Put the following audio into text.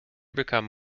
become